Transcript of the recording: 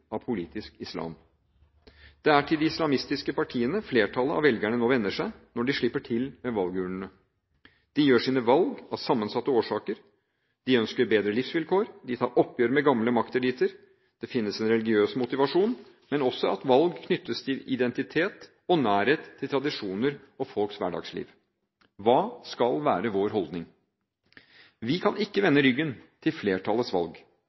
av politisk islam. Det er til de islamistiske partiene flertallet av velgerne nå vender seg når de slipper til ved valgurnene. De gjør sine valg av sammensatte årsaker. De ønsker bedre livsvilkår, og de tar oppgjør med gamle makteliter. Det finnes en religiøs motivasjon, men også at valg knyttes til identitet og nærhet til tradisjoner og folks hverdagsliv. Hva skal være vår holdning? Vi kan ikke vende ryggen til flertallets valg.